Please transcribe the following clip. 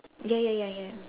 ya ya ya ya